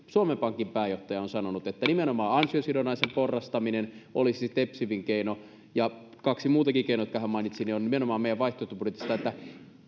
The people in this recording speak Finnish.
suomen pankin pääjohtaja on sanonut että nimenomaan ansiosidonnaisen porrastaminen olisi tepsivin keino ja kaksi muutakin keinoa jotka hän mainitsi ovat nimenomaan meidän vaihtoehtobudjetissamme